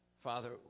Father